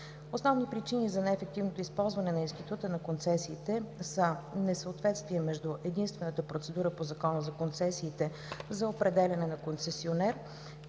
Основни причини за неефективното използване на Института на концесиите са: несъответствие между единствената процедура по Закона за концесиите за определяне на концесионер